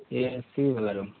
ए C बला room